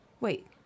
Wait